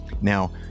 Now